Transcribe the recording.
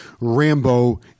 Rambo